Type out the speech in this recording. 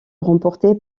remportée